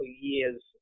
years